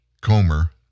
Comer